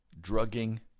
drugging